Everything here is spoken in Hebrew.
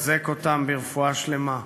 תחזק אותם ברפואה שלמה.